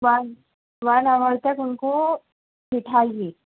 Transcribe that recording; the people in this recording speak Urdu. ون ون آور تک ان کو بیٹھائیے